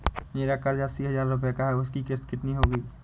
मेरा कर्ज अस्सी हज़ार रुपये का है उसकी किश्त कितनी होगी?